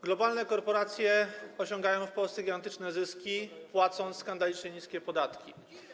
Globalne korporacje osiągają w Polsce gigantyczne zyski, płacąc skandalicznie niskie podatki.